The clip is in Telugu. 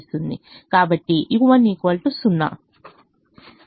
కాబట్టి u1 0